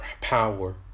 power